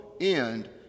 end